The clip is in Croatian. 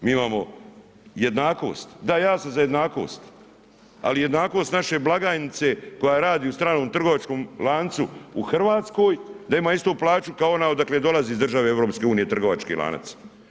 Mi imamo jednakost, da ja sam za jednakost, ali jednakost naše blagajnice koja radi u stranom trgovačkom lancu u Hrvatskoj da ima istu plaću kao ona odakle dolazi iz države EU trgovački lanac.